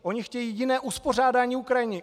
Oni chtějí jiné uspořádání Ukrajiny.